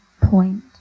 point